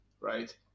right